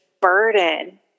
burden